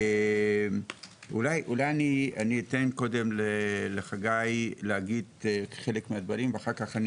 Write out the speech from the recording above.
אני אתן קודם לחגי להגיד חלק מהדברים ואחר כך אני